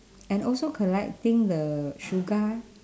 and also collecting the shuga